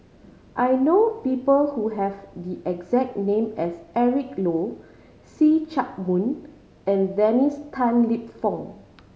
I know people who have the exact name as Eric Low See Chak Mun and Dennis Tan Lip Fong